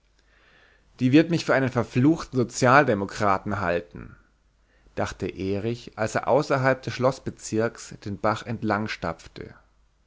die wird mich für einen verfluchten sozialdemokraten halten dachte erich als er außerhalb des schloßbezirkes den bach entlang stapfte